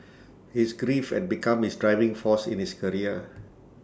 his grief had become his driving force in his career